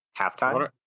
Halftime